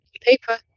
Paper